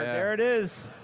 there it is!